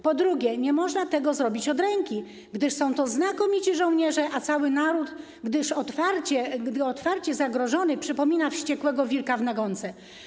Po drugie, nie można tego zrobić od ręki, gdyż są to znakomici żołnierze, a cały naród gdy otwarcie zagrożony, przypomina wściekłego wilka w nagonce.